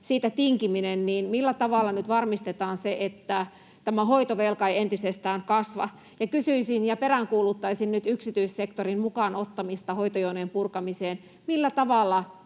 tinkiminen: millä tavalla nyt varmistetaan se, että tämä hoitovelka ei entisestään kasva? Ja peräänkuuluttaisin nyt yksityissektorin mukaan ottamista hoitojonojen purkamiseen ja